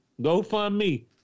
GoFundMe